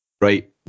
right